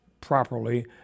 properly